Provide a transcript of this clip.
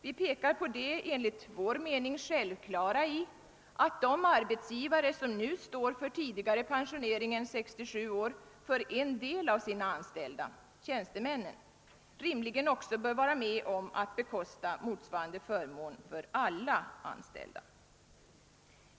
Vi pekar på det enligt vår mening självklara i att de arbetsgivare som nu står för tidigare pensionering än vid 67 år för en del av sina anställda — tjänstemännen — rimligen också bör vara med om att bekosta motsvarande förmån för alla anställda.